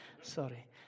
Sorry